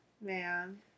man